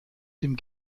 dem